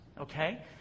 Okay